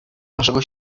naszego